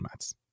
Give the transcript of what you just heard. formats